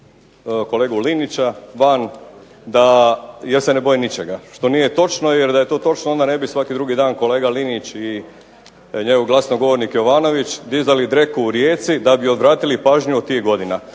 kolegu Linića van jer se ne boje ničega što nije točno jer da je to točno onda ne bi svaki drugi dan kolega Linić i njegov glasnogovornik Jovanović dizali dreku u Rijeci da bi odvratili pažnju od tih godina.